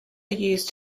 used